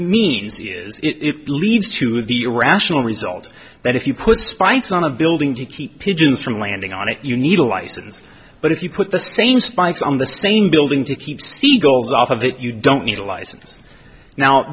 means is it leads to the irrational result that if you put spikes on a building to keep pigeons from landing on it you need a license but if you put the same spikes on the same building to keep siegel's off of it you don't need a license now